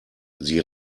sie